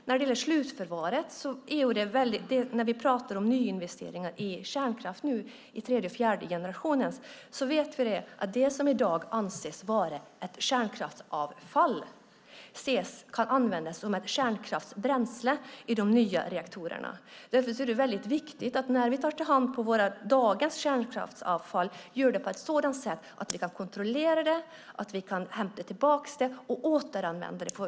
När vi pratar om nyinvesteringar i tredje och fjärde generationens kärnkraft vet vi att det som i dag anses vara ett kärnkraftsavfall kan användas som ett kärnkraftsbränsle i de nya reaktorerna. Därför är det väldigt viktigt att vi när vi tar hand om dagens kärnkraftsavfall gör det på ett sådant sätt att vi kan kontrollera det, hämta tillbaka det och återanvända det.